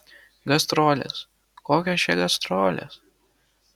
gastrolės kokios čia gastrolės